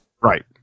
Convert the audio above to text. right